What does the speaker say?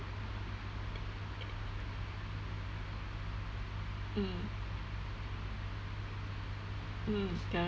mm mm